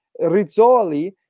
Rizzoli